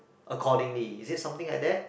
accordingly is it something like that